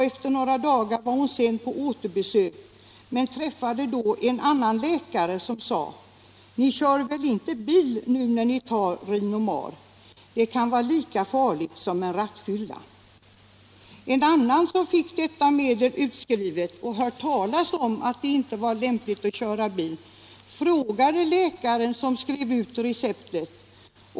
Efter några dagar var hon på återbesök men träffade då en annan läkare som sade: ”Ni kör väl inte bil nu när ni tar Rinomar. Det kan vara lika farligt som en rattfylla!” En annan som fick detta medel utskrivet och hört talas om att det inte var lämpligt att då köra bil frågade läkaren som skrev ut receptet.